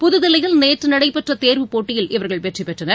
புதுதில்லியில் நேற்றுநடைபெற்றதேர்வுபோட்டியில் இவர்கள் வெற்றிபெற்றனர்